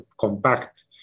compact